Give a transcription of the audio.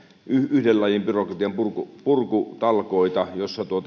yhden lajin byrokratianpurkutalkoita joissa